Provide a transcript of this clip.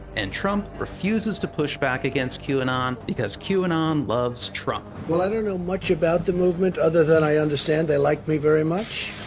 and trump refuses to push back against qanon and um because qanon loves trump. well, i don't know much about the movement, other than i understand they like me very much.